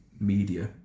media